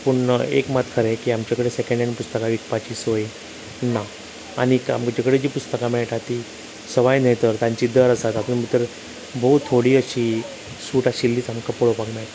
पूण एक मात खरें की आमचें कडेन सेकेण्ड हेण्ड पुस्तकां विकपाचें सोय ना आनीक आमचें कडेन तीं पुस्तकां मेळटा तीं सवाय न्हय तर तांची दर आसा तातूंन भितर भोव थोडी अशीं सूट आशिल्लीं आमकां पळोवपाक मेळटा